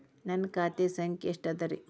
ನನ್ನ ಖಾತೆ ಸಂಖ್ಯೆ ಎಷ್ಟ ಅದರಿ?